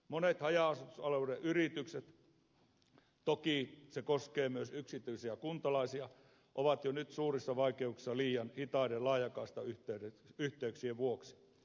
monet haja asutusalueiden yritykset toki se koskee myös yksityisiä kuntalaisia ovat jo nyt suurissa vaikeuksissa liian hitaiden laajakaistayhteyksien vuoksi